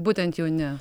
būtent jauni